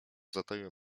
zataiłem